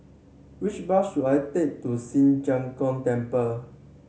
which bus should I take to Ci Zheng Gong Temple